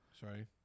Sorry